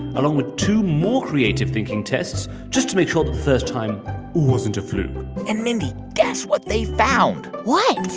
along with two more creative-thinking tests, just to make sure the first time wasn't a fluke and, mindy, guess what they found? what?